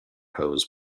hose